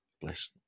Bless